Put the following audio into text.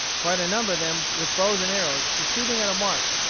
quite a number of them, with bows and arrows, were shooting at a mark,